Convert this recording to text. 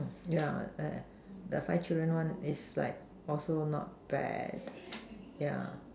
yeah the five children one is like also not bad yeah